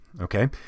Okay